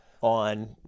On